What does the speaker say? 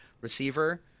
receiver